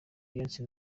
beyoncé